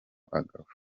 agafu